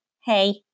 hey